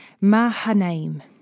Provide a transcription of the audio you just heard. Mahanaim